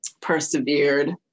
persevered